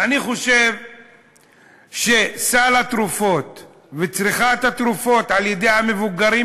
אני חושב שסל התרופות וצריכת התרופות על-ידי המבוגרים,